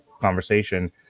conversation